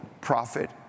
profit